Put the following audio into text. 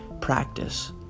practice